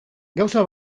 gauza